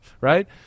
right